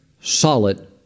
solid